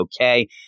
okay